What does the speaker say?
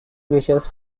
wishes